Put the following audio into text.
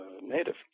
native